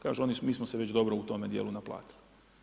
Kažu oni, mi smo se već dobro u tome dijelu naplatili.